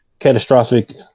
catastrophic